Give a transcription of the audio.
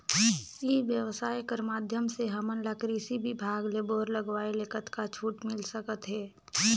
ई व्यवसाय कर माध्यम से हमन ला कृषि विभाग ले बोर लगवाए ले कतका छूट मिल सकत हे?